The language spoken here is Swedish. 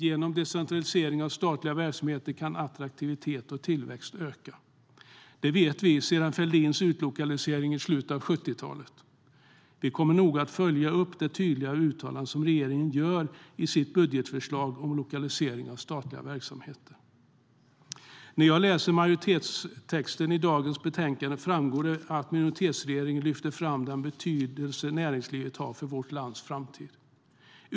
Genom decentralisering av statliga verksamheter kan attraktivitet och tillväxt öka. Det vet vi sedan Fälldins utlokalisering i slutet av 70-talet. Vi kommer noga att följa upp det tydliga uttalande som regeringen gör i sitt budgetförslag om lokalisering av statliga verksamheter. Av majoritetstexten i dagens betänkande framgår det att minoritetsregeringen lyfter fram den betydelse näringslivet har för vårt lands framtid.